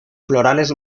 florales